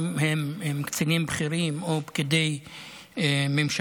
גם אם הם קצינים בכירים או פקידי ממשלה,